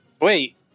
Wait